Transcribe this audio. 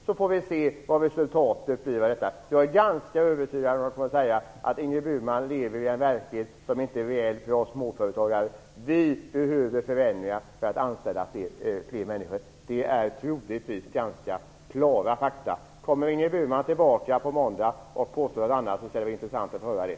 Då får vi se vad resultatet blir. Jag är ganska övertygad om att Ingrid Burman lever i en verklighet som inte gäller för oss småföretagare. Det blir troligtvis klara besked: Vi behöver förändringar för att kunna anställa fler människor. Det skall bli intressant att höra om Ingrid Burman kommer tillbaka på måndag och kan påstå något annat.